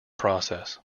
process